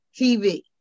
TV